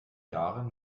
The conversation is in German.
jahren